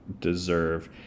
deserve